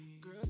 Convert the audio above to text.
Girl